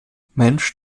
mensch